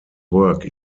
work